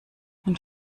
und